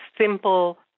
simple